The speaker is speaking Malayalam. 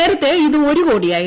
നേരത്തെ ഇത് ഒരു കോടിയായിരുന്നു